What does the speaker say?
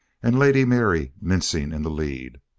and lady mary mincing in the lead.